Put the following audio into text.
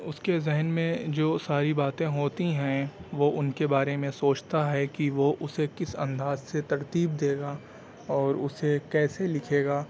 اس کے ذہن میں جو ساری باتیں ہوتی ہیں وہ ان کے بارے میں سوچتا ہے کہ وہ اسے کس انداز سے ترتیب دے گا اور اسے کیسے لکھے گا